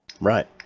Right